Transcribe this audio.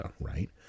right